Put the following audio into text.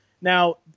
Now